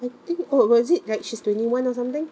I think oh was it like she's twenty one or something